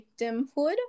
victimhood